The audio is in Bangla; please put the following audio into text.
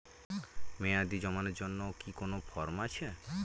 মেয়াদী জমানোর জন্য কি কোন ফর্ম আছে?